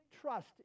trust